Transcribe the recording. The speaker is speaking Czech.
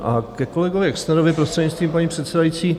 A ke kolegovi Exnerovi, prostřednictvím paní předsedající.